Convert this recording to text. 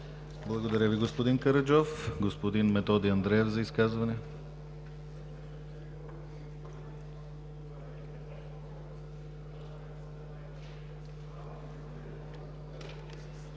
Благодаря Ви, господин Караджов. Господин Методи Андреев за изказване.